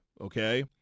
okay